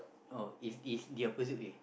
oh it's it's the opposite